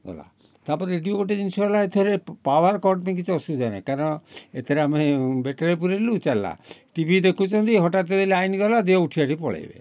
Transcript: ଗଲା ତା'ପରେ ରେଡ଼ିଓ ଗୋଟେ ଜିନିଷ ହେଲା ଏଥେରେ ପ ପାୱାର୍ କଟ୍ ପାଇଁ କିଛି ଅସୁବିଧା ନାହିଁ କାରଣ ଏଥିରେ ଆମେ ବେଟେରି ପୁରେଇଲୁ ଚାଲିଲା ଟିଭି ଦେଖୁଛନ୍ତି ହଠାତ୍ ଯଦି ଲାଇନ୍ ଗଲା ଦେ ଉଠି ଆଠି ପଳେଇବେ